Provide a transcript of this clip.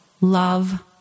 love